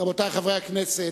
רבותי חברי הכנסת,